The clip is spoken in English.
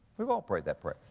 we've all prayed that prayer.